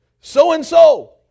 so-and-so